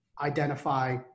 identify